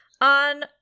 on